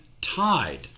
Tide